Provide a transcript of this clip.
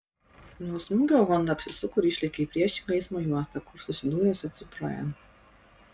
nuo smūgio honda apsisuko ir išlėkė į priešingą eismo juostą kur susidūrė su citroen